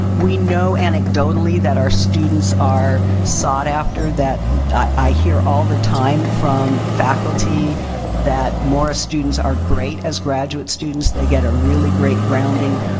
we know, anecdotally, that our students are sought after. that i hear all the time from faculty that morris students are great as graduate students. they get a really great grounding.